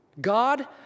God